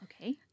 Okay